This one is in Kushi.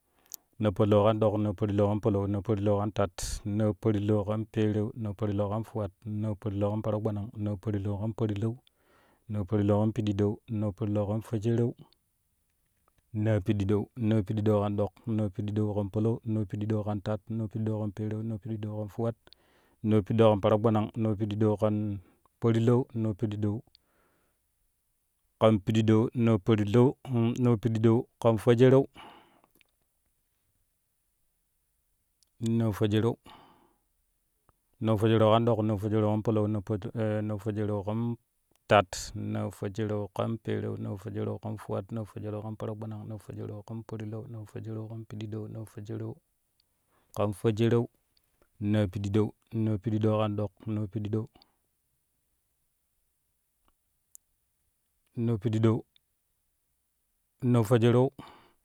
Naa parlau kan dok naa parlau kan palau naa parlau kan tat naa parlau kan pereu naa parlau kan fuwat naa parlau kan paragbanang naa parlau kan parlau naa parlau kan pididou naa parlau kan fwejereu naapididou, naapididou kan dok naapididou kan palau naapididou kan tat naapididou kan pereu naapididou kan fuwat naapididou kan paragbanang naapididou kan parlau naapididou kan pididou naa parlau naapididou kan fwejereu naafwejereu naafwejereu kan dok naafwejereu kan palau naafwejereu kan tat naafwejereu kan pereu naafwejereu kan fuwat naafwejereu kan paragbanang naafwejereu kan parlau naafwejereu kan pididou naafwejereu kan fwejerue naapididou naapididou kan dok naapididou naapididou naafwejereu.